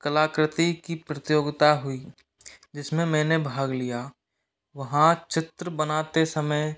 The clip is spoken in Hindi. कलाकृति की प्रतियोगिता हुई जिसमें मैंने भाग लिया वहाँ चित्र बनाते समय